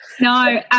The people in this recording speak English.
No